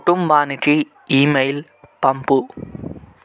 కుటుంబానికి ఇమెయిల్ పంపు